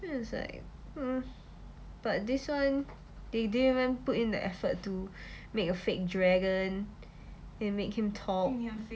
this is like um but this one they didn't even put in the effort to make a fake dragon then you make him talk